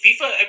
FIFA